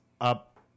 up